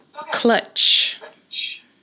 Clutch